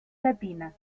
latina